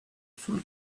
full